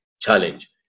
challenge